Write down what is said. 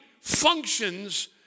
functions